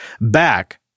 back